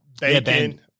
Bacon